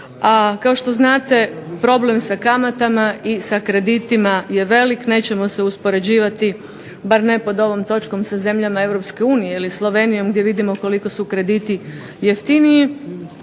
kao što znate problem sa kamatama i sa kreditima je velik, nećemo se uspoređivati, bar ne pod ovom točkom sa zemljama Europske unije, ili Slovenijom gdje vidimo koliko su krediti jeftiniji,